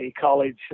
college